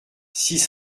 six